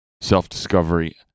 self-discovery